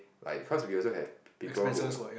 like cause we also have people who